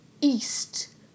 East